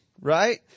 right